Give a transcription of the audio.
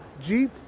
Jeep